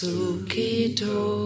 Sukito